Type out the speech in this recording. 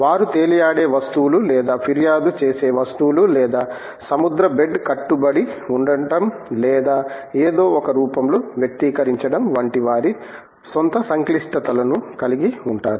వారు తేలియాడే వస్తువులు లేదా ఫిర్యాదు చేసే వస్తువులు లేదా సముద్ర బెడ్ కట్టుబడి ఉండటం లేదా ఏదో ఒక రూపంలో వ్యక్తీకరించడం వంటి వారి స్వంత సంక్లిష్టతలను కలిగి ఉంటారు